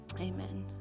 Amen